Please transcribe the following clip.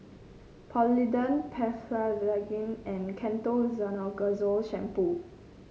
Polident Blephagel and Ketoconazole Shampoo